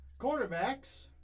Quarterbacks